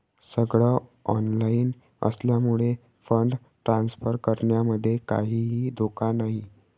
सगळ ऑनलाइन असल्यामुळे fund transfer करण्यामध्ये काहीही धोका नाही